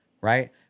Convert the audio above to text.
Right